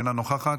אינה נוכחת,